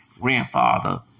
grandfather